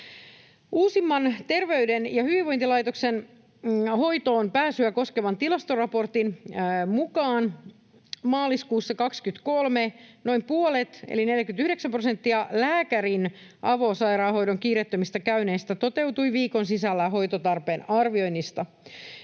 Uusimman Terveyden ja hyvinvoinnin laitoksen hoitoonpääsyä koskevan tilastoraportin mukaan maaliskuussa 23 noin puolet eli 49 prosenttia lääkärin avosairaanhoidon kiireettömistä käynneistä toteutui viikon sisällä hoitotarpeen arvioinnista.